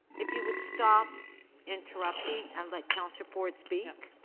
if you would stop interrupting and let councillor ford speak.